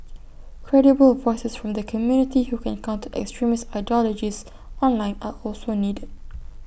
credible voices from the community who can counter extremist ideologies online are also needed